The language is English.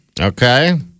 Okay